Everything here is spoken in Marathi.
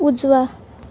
उजवा